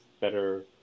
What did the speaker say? Better